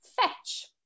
fetch